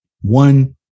one